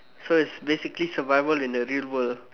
so it's basically survival in the real world